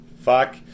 Fuck